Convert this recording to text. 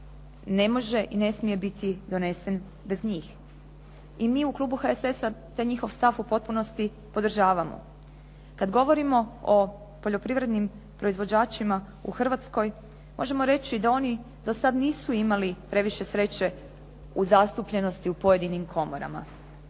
ne može i ne smije biti donesen bez njih. I mi u Klubu HSS-a taj njihov stav u potpunosti podržavamo. Kad govorimo o poljoprivrednim proizvođačima u Hrvatskoj, možemo reći da oni do sad nisu imali previše sreće u zastupljenosti u pojedinim komorama.